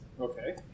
Okay